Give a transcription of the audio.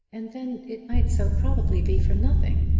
and then it might so probably be for nothing.